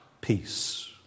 peace